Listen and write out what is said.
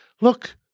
Look